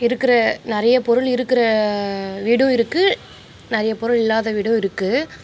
இருக்கிற நிறைய பொருள் இருக்கிற வீடும் இருக்குது நிறைய பொருள் இல்லாத வீடும் இருக்குது